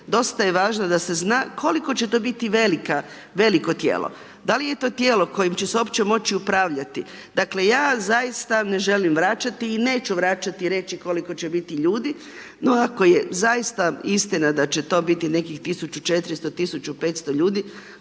dosta je važno da se zna koliko će to biti veliko tijelo. Da li je to tijelo kojim će se uopće moći upravljati? Dakle ja zaista ne želim vraćati i neću vraćati i reći koliko će biti ljudi no ako je zaista istina da će to biti nekih 1400, 1500 ljudi